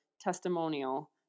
testimonial